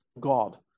God